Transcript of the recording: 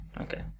Okay